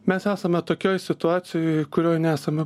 mes esame tokioj situacijoj kurioj nesame